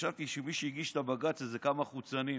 חשבתי שמי שהגיש את הבג"ץ הם כמה חוצנים.